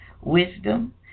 wisdom